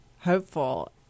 hopeful